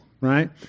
right